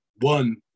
one